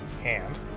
hand